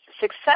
Success